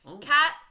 Cat